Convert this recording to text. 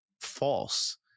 false